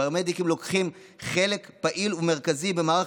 הפרמדיקים לוקחים חלק פעיל ומרכזי במערך